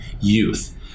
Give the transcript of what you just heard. youth